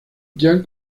jiang